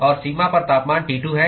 और सीमा पर तापमान T2 है